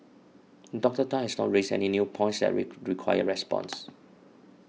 Doctor Tan has not raised any new points that require response